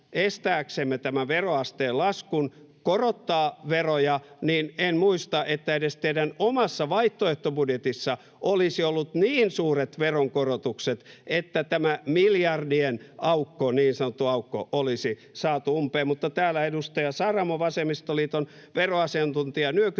estääksemme tämä veroasteen laskun korottaa veroja, niin en muista, että edes teidän omassa vaihtoehtobudjetissanne olisi ollut niin suuret veronkorotukset, että tämä miljardien aukko, niin sanottu aukko, olisi saatu umpeen. Mutta täällä edustaja Saramo, vasemmistoliiton veroasiantuntija